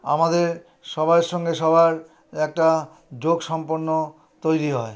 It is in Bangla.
আমাদের সবাইয়ের সঙ্গে সবার একটা যোগ সম্পন্ন তৈরি হয়